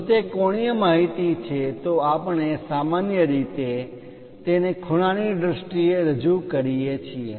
જો તે કોણીય માહિતી છે તો આપણે સામાન્ય રીતે તેને ખૂણાઓની દ્રષ્ટિએ રજૂ કરીએ છીએ